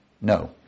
No